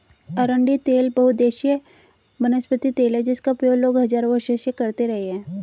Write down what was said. अरंडी तेल बहुउद्देशीय वनस्पति तेल है जिसका उपयोग लोग हजारों वर्षों से करते रहे हैं